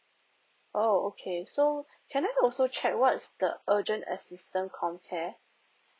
oh okay so can I also check what's the urgent assistant comcare